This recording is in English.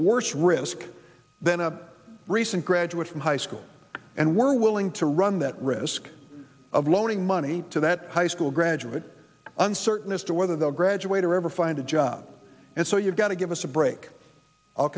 worse risk than a recent graduate from high school and we're willing to run that risk of loaning money to that high school graduate uncertain as to whether the graduate or ever find a job and so you've got to give us a break i'll